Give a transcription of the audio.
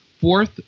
Fourth